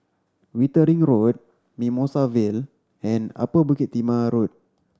Wittering Road Mimosa Vale and Upper Bukit Timah Road